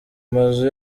mazu